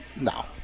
no